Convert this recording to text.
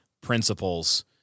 principles